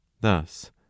Thus